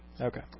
Okay